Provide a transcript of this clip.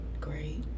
Great